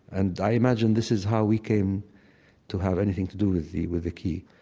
and i imagine this is how we came to have anything to do with the with the key.